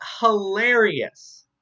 hilarious